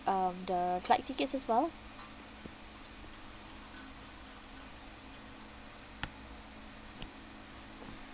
um the flight tickets as well